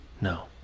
No